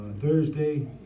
Thursday